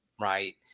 right